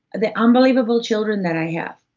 the unbelievable children that i have.